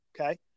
okay